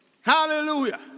Hallelujah